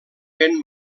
vent